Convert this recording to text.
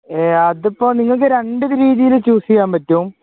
അത് ഇപ്പോൾ നിങ്ങൾക്ക് രണ്ട് രീതിയിൽ ചൂസ് ചെയ്യാൻ പറ്റും